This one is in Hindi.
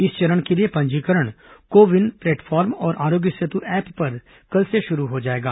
इस चरण के लिए पंजीकरण को विन प्लेटफॉर्म और आरोग्य सेतु ऐप पर कल से शुरू हो जाएगा